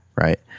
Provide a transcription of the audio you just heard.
right